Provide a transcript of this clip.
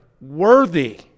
worthy